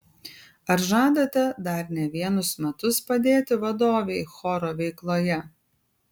ar žadate dar ne vienus metus padėti vadovei choro veikloje